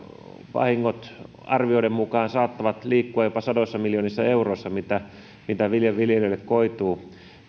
arvioiden mukaan vahingot saattavat liikkua jopa sadoissa miljoonissa euroissa mitä viljelijöille koituu